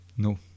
No